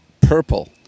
Purple